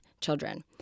children